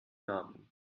namen